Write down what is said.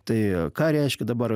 tai ką reiškia dabar